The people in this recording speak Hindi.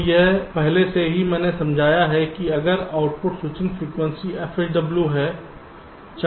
तो यह पहले से ही मैंने समझाया है कि अगर आउटपुट स्विचिंग फ्रीक्वेंसी fSW है